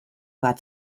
bat